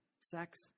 sex